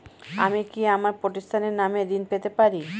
আমি কি আমার প্রতিষ্ঠানের নামে ঋণ পেতে পারি?